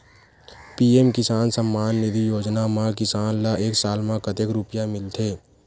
PM Kisan Samman Nidhi Yojana म किसान ल एक साल म कतेक रुपिया मिलथे?